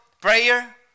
prayer